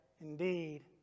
indeed